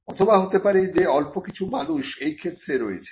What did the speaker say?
অথবা হতে পারে যে অল্প কিছু মানুষ এই ক্ষেত্রে রয়েছে